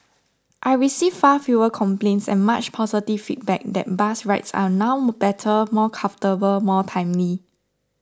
I receive far fewer complaints and much positive feedback that bus rides are now better more comfortable more timely